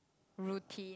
routine